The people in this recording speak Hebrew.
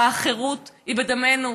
האחרות היא בדמנו.